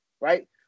right